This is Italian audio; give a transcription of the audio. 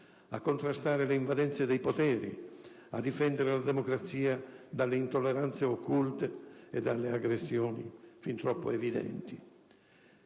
a contrastare le invadenze dei poteri, a difendere la democrazia dalle intolleranze occulte e dalle aggressioni fin troppo evidenti